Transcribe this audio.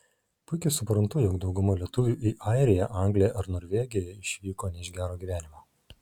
puikiai suprantu jog dauguma lietuvių į airiją angliją ar norvegiją išvyko ne iš gero gyvenimo